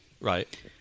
Right